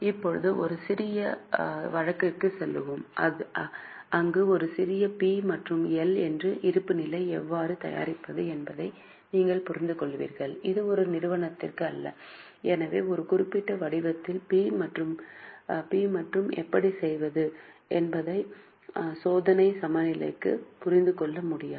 இப்போது ஒரு சிறிய வழக்குக்குச் செல்வோம் அங்கு ஒரு சிறிய பி மற்றும் எல் மற்றும் இருப்புநிலை எவ்வாறு தயாரிப்பது என்பதை நீங்கள் புரிந்துகொள்வீர்கள் இது ஒரு நிறுவனத்திற்கு அல்ல எனவே ஒரு குறிப்பிட்ட வடிவத்தில் பி மற்றும் எப்படி செய்வது என்பதை சோதனை சமநிலையிலிருந்து புரிந்து கொள்ள முடியாது